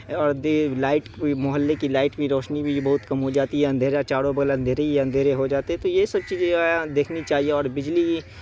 اور لائٹ محلے کی لائٹ کی روشنی بھی بہت کم ہو جاتی ہے اندھیرا چاروں بگل اندھیرے ہی اندھیرے ہو جاتے تو یہی سب چیزیں جو ہے دیکھنی چاہیے اور بجلی